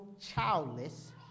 childless